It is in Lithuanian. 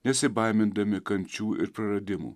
nesibaimindami kančių ir praradimų